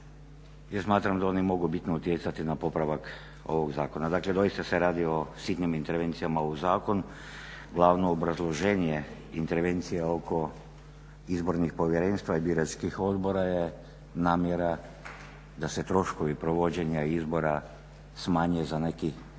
smatram da oni mogu bitno utjecati na popravak ovog zakona. Dakle doista se radi o sitnim intervencijama u zakon. Glavno obrazloženje intervencija oko izbornih povjerenstva i biračkih odbora je namjera da se troškovi provođenja i izbora smanje za nekih